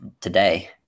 today